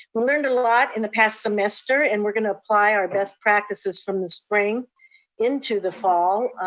learned a lot in the past semester and we're going to apply our best practices from the spring into the fall.